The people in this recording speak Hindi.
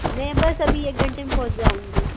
मैं बस अभी एक घंटे मे पहुंच जाऊँगी